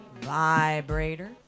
vibrator